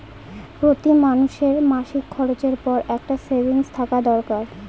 প্রতি মানুষের মাসিক খরচের পর একটা সেভিংস থাকা দরকার